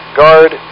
guard